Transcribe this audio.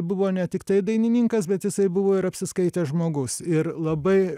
buvo ne tiktai dainininkas bet jisai buvo ir apsiskaitęs žmogus ir labai